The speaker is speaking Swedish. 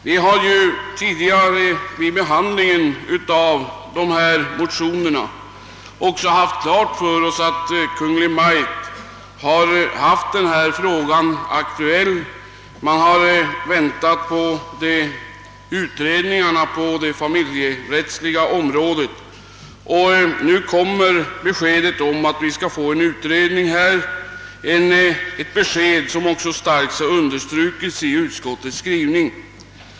Vi har tidigare vid behandlingen av dessa motioner också haft klart för oss att Kungl. Maj:t haft denna fråga aktuell. Man har väntat på utredningarna på det familjerättsliga området, och nu kommer beskedet att vi skall få en utredning — ett besked som också starkt har understrukits i utskottets skrivning.